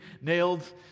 nailed